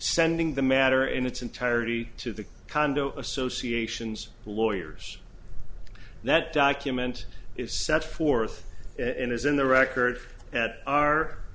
sending the matter in its entirety to the condo associations lawyers that document is set forth in his in the record at our